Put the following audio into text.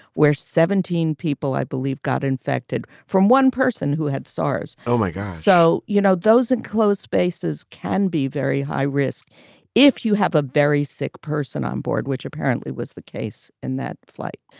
where seventeen people, i believe, got infected from one person who had saas. oh, my god. so, you know, those enclosed spaces can be very high risk if you have a very sick person on board, which apparently was the case in that flight.